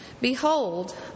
Behold